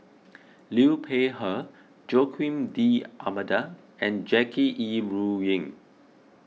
Liu Peihe Joaquim D'Almeida and Jackie Yi Ru Ying